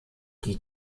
die